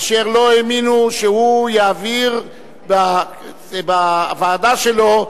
אשר לא האמינו שהוא יעביר בוועדה שלו,